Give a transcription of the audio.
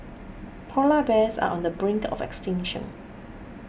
Polar Bears are on the brink of extinction